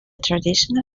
traditional